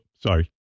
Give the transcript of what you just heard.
sorry